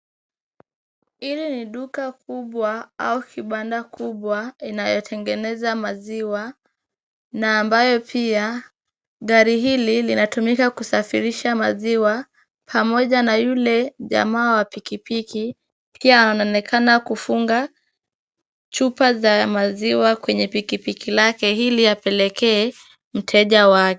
Hili ni duka kubwa au kibanda kubwa inayotengeneza maziwa na ambayo pia gari hili linatumika kusafirisha maziwa pamoja na yule jamaa wa pikipiki, pia wanaonekana kufunga chupa za maziwa kwenye pikipiki lake ili apelekee mteja wake.